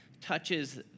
touches